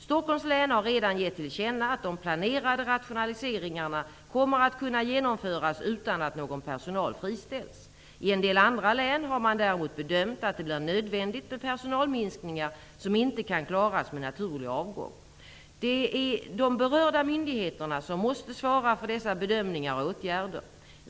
Stockholms län har redan gett till känna att de planerade rationaliseringarna kommer att kunna genomföras utan att någon personal friställs. I en del andra län har man däremot bedömt att det blir nödvändigt med personalminskningar som inte kan klaras med naturlig avgång. Det är de berörda myndigheterna som måste svara för dessa bedömningar och åtgärder.